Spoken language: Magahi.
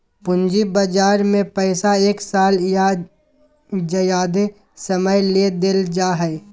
पूंजी बजार में पैसा एक साल या ज्यादे समय ले देल जाय हइ